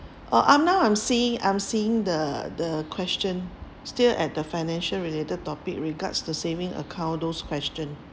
oh I'm now I'm seeing I'm seeing the the question still at the financial related topic regards the saving account those question